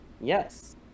Yes